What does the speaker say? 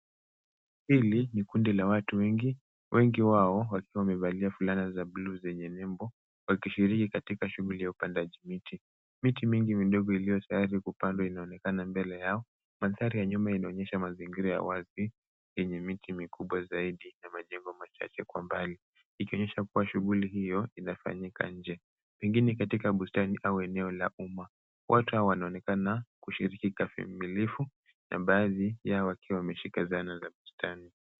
Hili ni kundi la watu wengi, wengi wao wakiwa wamevalia fulana za buluu zenye nyimbo, wakishiriki katika shughuli ya upandaji miti. Miti mingi viliovyo vilivyotayari kupandwa inaonekana mbele yao. Mandhari ya nyuma inaonyesha mazingira ya wazi yenye miti mikubwa zaidi na majimbo machache kwa mbali, ikionyesha kuwa shughuli hio inafanyika nje. Zingine katika bustani au eneo la uma. Watu hao wanaonekana kushiriki kikamilifu na baadhi yao wakiwa wameshika zana za bustani.